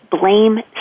blame